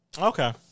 Okay